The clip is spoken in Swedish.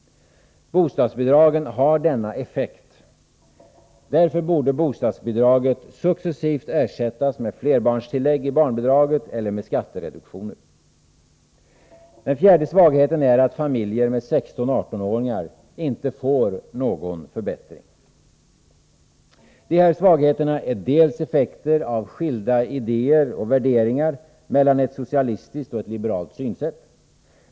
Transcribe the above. Bostadsbidragen har denna effekt. Därför borde bostadsbidraget successivt ersättas med flerbarnstillägg i barnbidraget eller med skattereduktion. Den fjärde svagheten är att familjer med 16-18-åringar inte får någon förbättring. Dessa svagheter är till en del effekter av skilda idéer och värderingar mellan ett socialistiskt och ett liberalt synsätt.